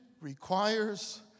requires